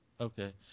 Okay